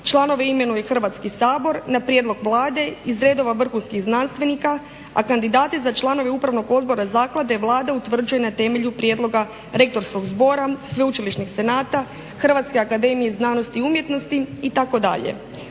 članove imenuje Hrvatski sabor na prijedlog Vlade iz redova vrhunskih znanstvenika, a kandidati za članove upravnog odbora zaklade Vlada utvrđuje na temelju prijedloga rektorskog zbora, sveučilišnih senata, Hrvatske akademije znanosti i umjetnosti itd.